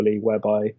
whereby